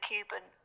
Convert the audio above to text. Cuban